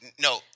no